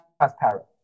transparent